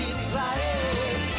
Israel